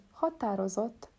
határozott